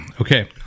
Okay